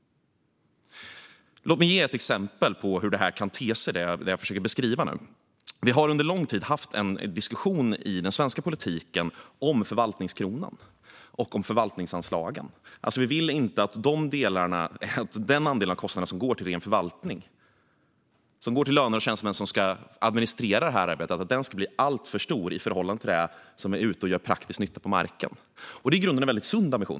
Låt mig ge ett exempel på hur det jag försöker beskriva kan te sig. Vi har under lång tid haft en diskussion i den svenska politiken om förvaltningskronan och förvaltningsanslagen. Vi vill inte att den andel av kostnaden som går till ren förvaltning, till lönerna för de tjänstemän som ska administrera detta arbete, ska bli alltför stor i förhållande till det som gör praktisk nytta ute på marken. Detta är i grunden en väldigt sund ambition.